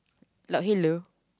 luck hello